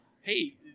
hey